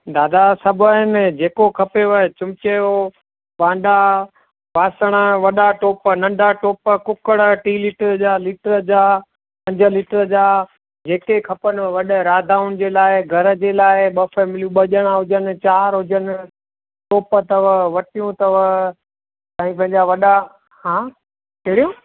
दादा सभु आहिनि जेको खपेव चमचे जो भांडा बासण वॾा टोप नंढा टोप कुकड़ टीं लीटर जा लीटर जा पंज लीटर जा जेके खपनुव वॾे राधाउनि जे लाइ घर जे लाइ ॿ फ़ैमिलियूं ॿ ॼणा हुजनि चार हुजनि टोप अथव वटियूं अथव ऐं पंहिंजा वॾा हा कहिड़ियूं